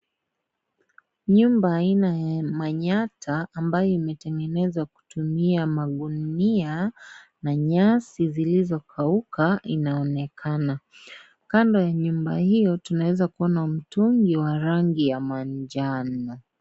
Nyumba aina ya manyatta ambayo imetengenezwa na kutumia magunia na nyazi zilizokauka zinazoonekana. Kando ya nyumba hiyo tunaeza kuona mtungi wa rangi wa manjano.